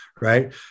right